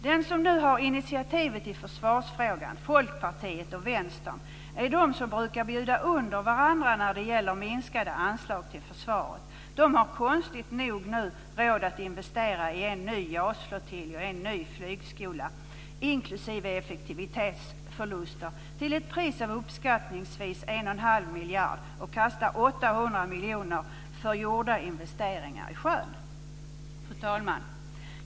De som nu har initiativet i försvarsfrågan, Folkpartiet och Vänstern, är de som brukar bjuda under varandra när det gäller minskade anslag till försvaret. De har konstigt nog nu råd att investera i en ny JAS flottilj och en ny flygskola, inklusive effektivitetsförluster, till ett pris av uppskattningsvis 1,5 miljarder och att kasta 800 miljoner för gjorda investeringar i sjön. Fru talman!